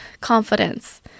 confidence